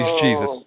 Jesus